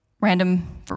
random